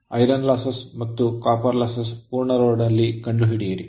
iron losses ಮತ್ತು copper losses ಪೂರ್ಣ load ನಲ್ಲಿ ಕಂಡುಹಿಡಿಯಿರಿ